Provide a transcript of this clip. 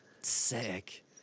Sick